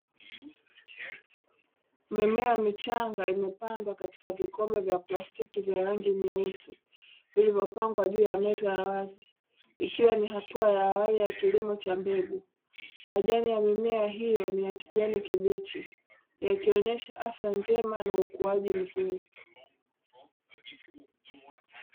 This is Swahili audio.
Mimea michanga imepandwa katika vikombe vya plastiki vya rangi nyeusi vilivyopangwa juu ya meza ya wazi, ikiwa ni hatua ya awali ya kilimo cha mbegu majani ya mimea hiyo ni ya kijani kibichi yakionyesha afya njema na ukuaji mzuri.